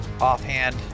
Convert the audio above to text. Offhand